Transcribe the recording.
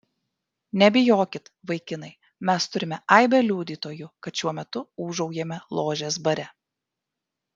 nebijokit vaikinai mes turime aibę liudytojų kad šiuo metu ūžaujame ložės bare